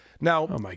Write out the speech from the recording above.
Now